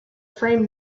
frame